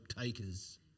takers